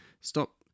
Stop